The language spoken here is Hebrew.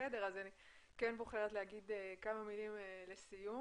רוצה לומר כמה מילים לסיכום.